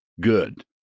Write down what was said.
good